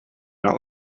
not